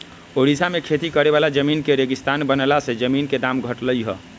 ओड़िशा में खेती करे वाला जमीन के रेगिस्तान बनला से जमीन के दाम घटलई ह